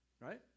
right